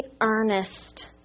earnest